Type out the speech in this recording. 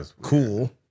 cool